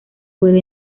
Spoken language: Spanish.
juega